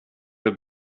det